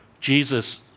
Jesus